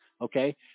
okay